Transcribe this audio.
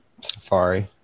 Safari